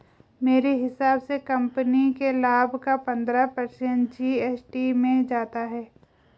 मेरे हिसाब से कंपनी के लाभ का पंद्रह पर्सेंट जी.एस.टी में जाता है